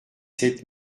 sept